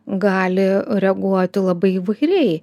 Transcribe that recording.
gali reaguoti labai įvairiai